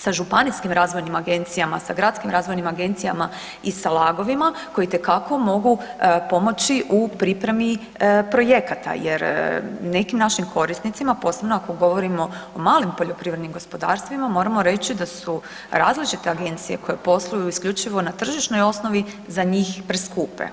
sa županijskim razvojnim agencijama, sa gradskim razvojnim agencijama i sa lagovima koji itekako mogu pomoći u pripremi projekata jer nekim našim korisnicima posebno ako govorimo o malim poljoprivrednim gospodarstvima moramo reći da su različite agencije koje posluju isključivo na tržišnoj osnovi za njih preskupe.